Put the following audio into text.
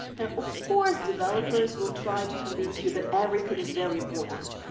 now, of course, developers will try to convince you that everything is very important.